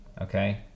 Okay